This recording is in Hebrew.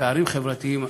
בפערים חברתיים,